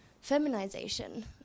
feminization